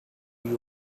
you